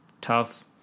tough